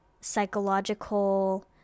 psychological